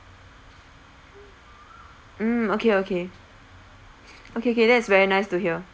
mm okay okay okay okay that's very nice to hear